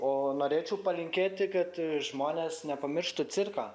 o norėčiau palinkėti kad žmonės nepamirštų cirko